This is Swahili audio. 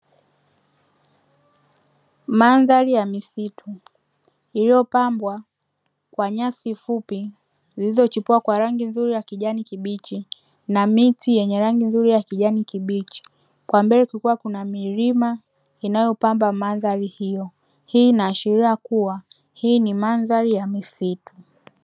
Mandhari ya misitu iliyopambwa kwa nyasi fupi; zilizochipua kwa rangi nzuri ya kijani kibichi na miti yenye rangi nzuri ya kijani kibichi, kwa mbele kukiwa kuna milima inayopamba mandhari hiyo. Hii inaonyesha kuwa hii ni mandhari ya misitu.